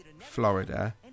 Florida